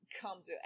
comes